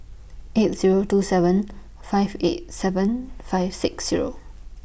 eight Zero two seven five eight seven five six Zero